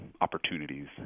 opportunities